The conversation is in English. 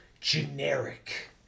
generic